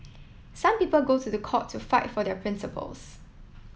some people go to the court to fight for their principles